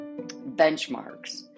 benchmarks